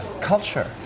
culture